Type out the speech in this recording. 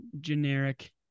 generic